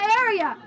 area